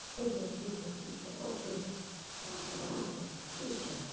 ठीक ठीक ठीक ऐ ओके ठीक ऐ ठीक ऐ